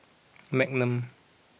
Magnum